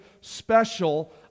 special